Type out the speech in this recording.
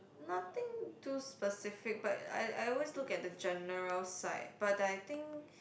nothing too specific but I I always look at the general side but I think